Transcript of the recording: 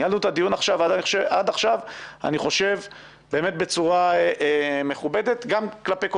ניהלנו את הדיון עד עכשיו בצורה מכובדת גם כלפי כל